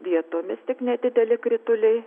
vietomis tik nedideli krituliai